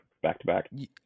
back-to-back